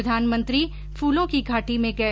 प्रधानमंत्री फूलों की घाटी में गए